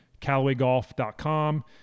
CallawayGolf.com